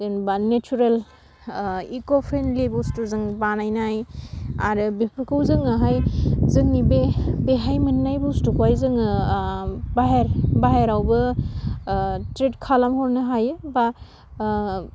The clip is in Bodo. जेनेबा नेचेरेल इक' फ्रेन्डलि बस्तुजों बानायनाइ आरो बेफोरखौ जोङोहाय जोंनि बे बेहाय मोननाय बस्तुखौहाह जोङो बाहेर बाहेरावबोे ट्रेद खालाम हरनो हायो बा